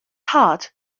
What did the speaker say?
heart